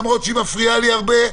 למרות שהיא מפריעה לי הרבה,